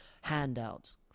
handouts